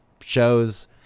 shows